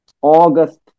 august